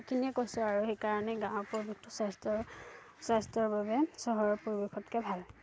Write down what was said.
সেইখিনিয়ে কৈছোঁ আৰু সেইকাৰণে গাঁৱৰ পৰিৱেশটো স্বাস্থ্যৰ স্বাস্থ্যৰ বাবে চহৰৰ পৰিৱেশতকৈ ভাল